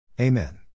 Amen